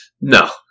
No